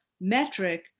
metric